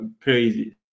crazy